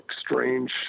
strange